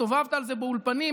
הסתובבת על זה באולפנים,